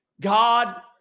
God